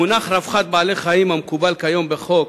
המונח "רווחת בעלי-חיים", המקובל כיום בחוק